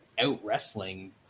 out-wrestling